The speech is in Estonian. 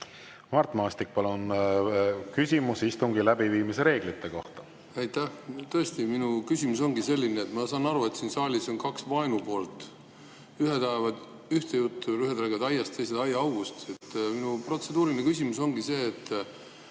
Mart Maastik, palun küsimus istungi läbiviimise reeglite kohta!